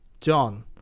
John